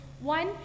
One